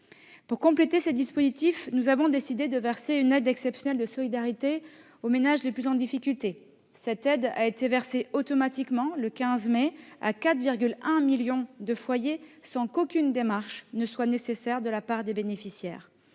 Pour compléter ce dispositif, nous avons décidé de verser une aide exceptionnelle de solidarité aux ménages les plus en difficulté. Cette aide a été versée automatiquement le 15 mai dernier à 4,1 millions de foyers sans qu'aucune démarche soit nécessaire de la part des bénéficiaires.